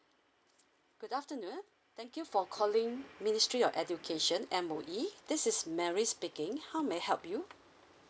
good afternoon thank you for calling ministry of education M_O_E this is mary speaking how may I help you